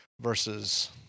Versus